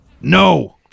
No